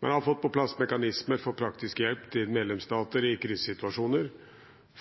Man har fått på plass mekanismer for praktisk hjelp til medlemsstater i krisesituasjoner.